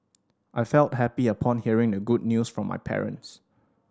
I felt happy upon hearing the good news from my parents